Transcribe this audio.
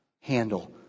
handle